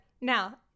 Now